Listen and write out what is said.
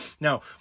Now